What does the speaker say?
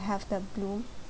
have the boom